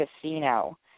casino